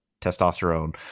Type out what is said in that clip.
testosterone